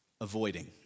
Avoiding